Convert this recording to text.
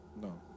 No